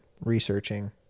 researching